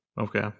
Okay